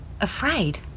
Afraid